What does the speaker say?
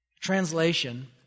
Translation